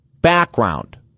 background